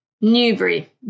Newbury